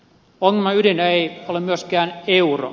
ongelman ydin ei ole myöskään euro